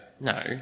No